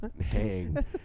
hang